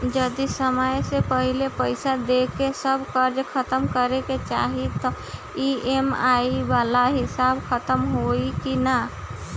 जदी समय से पहिले पईसा देके सब कर्जा खतम करे के चाही त ई.एम.आई वाला हिसाब खतम होइकी ना?